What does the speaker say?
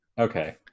Okay